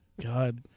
God